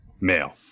Male